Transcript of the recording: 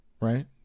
right